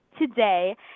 today